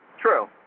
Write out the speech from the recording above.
True